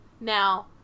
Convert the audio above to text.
Now